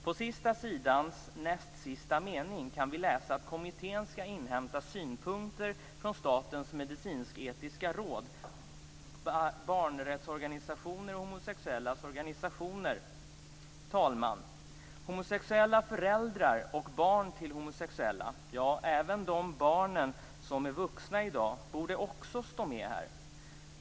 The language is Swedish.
På sista sidans näst sista mening kan vi läsa: "Kommittén skall inhämta synpunkter från Statens medicinsk-etiska råd, barnrättsorganisationer och homosexuellas organisationer". Herr talman! Homosexuella föräldrar och barn till homosexuella - ja, även de barn som är vuxna i dag - borde också stå med här.